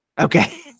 okay